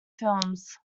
films